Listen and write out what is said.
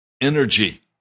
energy